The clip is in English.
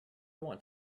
want